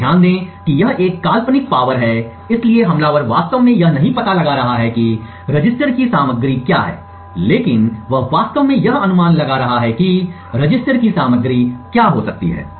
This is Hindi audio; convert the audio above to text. तो ध्यान दें कि यह एक काल्पनिक शक्ति है इसलिए हमलावर वास्तव में यह नहीं पता लगा रहा है कि रजिस्टर की सामग्री क्या है लेकिन वह वास्तव में यह अनुमान लगा रहा है कि रजिस्टर की सामग्री क्या हो सकती है